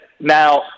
Now